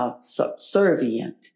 subservient